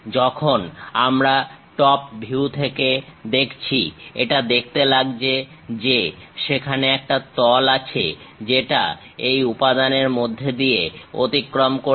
যখন আমরা top view থেকে দেখছি এটা দেখতে লাগছে যে সেখানে একটা তল আছে যেটা এই উপাদানের মধ্যে দিয়ে অতিক্রম করেছে